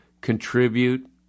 contribute